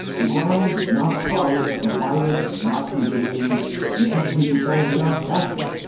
the ground is not solid. the virus is not contained in education. plans are not tested.